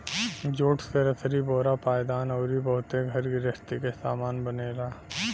jute से रसरी बोरा पायदान अउरी बहुते घर गृहस्ती के सामान बनेला